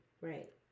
Right